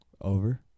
Over